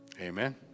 amen